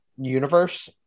universe